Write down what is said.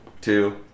two